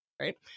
right